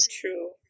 True